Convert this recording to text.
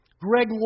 Greg